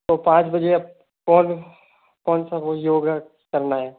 वो पाँच बजे अब कौन कौन सा वो योगा करना है